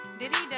Diddy